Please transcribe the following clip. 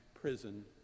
prison